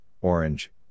Orange